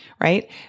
right